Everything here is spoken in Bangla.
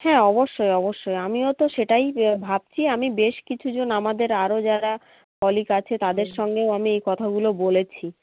হ্যাঁ অবশ্যই অবশ্যই আমিও তো সেটাই ভাবছি আমি বেশ কিছু জন আমাদের আরও যারা কলিগ আছে তাদের সঙ্গেও আমি এই কথাগুলো বলেছি